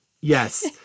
Yes